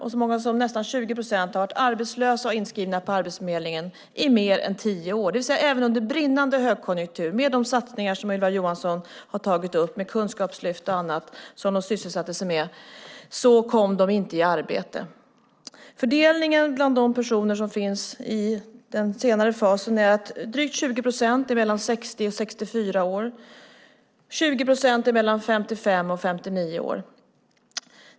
Så många som nästan 20 procent har varit arbetslösa och inskrivna på Arbetsförmedlingen i mer än tio år, det vill säga även under en brinnande högkonjunktur. Trots de satsningar som Ylva Johansson har tagit upp, Kunskapslyftet och annat som människor sysselsattes med, kom de inte i arbete. Fördelningen bland de personer som finns i den senare fasen är att drygt 20 procent är mellan 60 och 64 år, 20 procent är mellan 55 och 59 år.